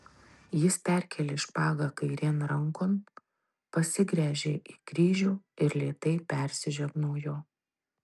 jis perkėlė špagą kairėn rankon pasigręžė į kryžių ir lėtai persižegnojo